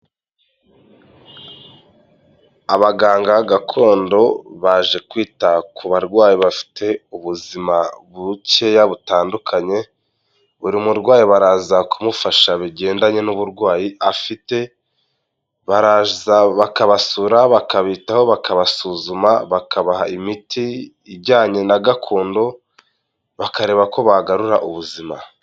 Abaganga gakondo baje kwita ku barwayi bafite ubuzima bukeya butandukanye, buri murwayi baraza kumufasha bigendanye n'uburwayi afite, baraza bakabasura, bakabitaho, bakabasuzuma, bakabaha imiti ijyanye na gakondo, bakareba ko bagarura ubuzima.